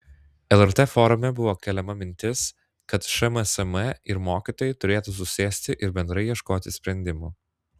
lrt forume buvo keliama mintis kad šmsm ir mokytojai turėtų susėsti ir bendrai ieškoti sprendimų